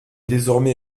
désormais